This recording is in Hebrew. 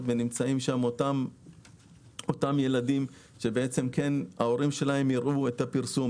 נמצאים ילדים שההורים שלהם יראו את הפרסום.